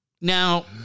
Now